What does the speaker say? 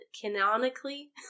canonically